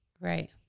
Right